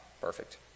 perfect